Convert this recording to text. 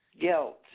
guilt